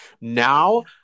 Now